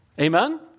Amen